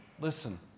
listen